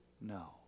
No